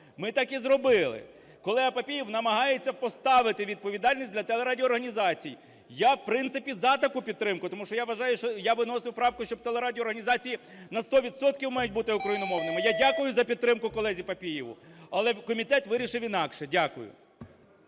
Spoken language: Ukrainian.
Ми так і зробили. Колега Папієв намагається поставити відповідальність для телерадіоорганізацій. Я в принципі за таку підтримку. Тому що, я вважаю, що.. я виносив правку, щоб телерадіоорганізації на 100 відсотків мають бути україномовними. Я дякую за підтримку колезі Папієву, але комітет вирішив інакше. Дякую.